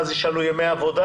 ואז יש לנו ימי עבודה,